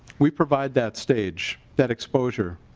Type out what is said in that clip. we provide that stage. that exposure.